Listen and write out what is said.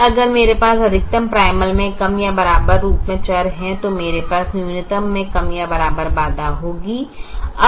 और अगर मेरे पास अधिकतम प्राइमल में कम या बराबर रूप मे चर है तो मेरे पास न्यूनतम मे कम या बराबर बाधा होगी